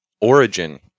origin